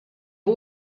von